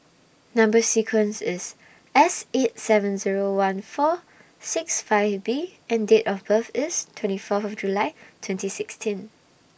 Number sequence IS S eight seven Zero one four six five B and Date of birth IS twenty Fourth of July twenty sixteen